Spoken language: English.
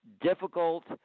difficult